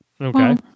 Okay